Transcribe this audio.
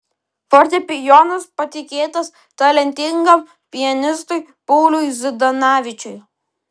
fortepijonas patikėtas talentingam pianistui pauliui zdanavičiui